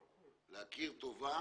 להכיר טובה